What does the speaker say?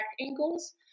angles